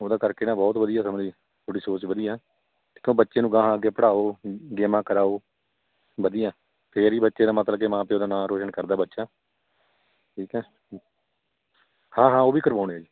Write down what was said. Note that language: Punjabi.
ਉਹਦੇ ਕਰਕੇ ਨਾ ਬਹੁਤ ਵਧੀਆ ਸਮਕੀ ਤੁਹਾਡੀ ਸੋਚ ਵਧੀਆ ਦੇਖੋ ਬੱਚੇ ਨੂੰ ਅਗਾਹਾਂ ਅੱਗੇ ਪੜ੍ਹਾਓ ਗੇਮਾਂ ਕਰਾਵਾਓ ਵਧੀਆ ਫਿਰ ਹੀ ਬੱਚੇ ਦਾ ਮਤਲਬ ਕਿ ਮਾਂ ਪਿਓ ਦਾ ਨਾਂ ਰੋਸ਼ਨ ਕਰਦਾ ਬੱਚਾ ਠੀਕ ਹੈ ਹੂ ਹਾਂ ਹਾਂ ਉਹ ਵੀ ਕਰਵਾਉਂਦੇ ਜੀ